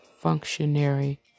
functionary